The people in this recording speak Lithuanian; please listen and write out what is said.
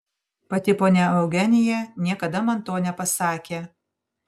pati ponia eugenija niekada man to nepasakė